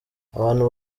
abantu